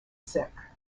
sick